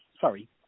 sorry